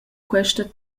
questa